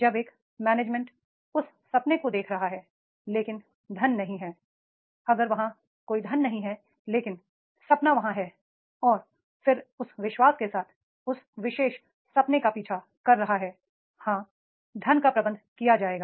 जब एक मैनेजमेंट उस सपने को देख रहा है लेकिन धन नहीं है अगर वहाँ कोई धन नहीं है लेकिन सपना वहाँ है और फिर उस विश्वास के साथ उस विशेष सपने का पीछा कर रहा है हां धन का प्रबंध किया जाएगा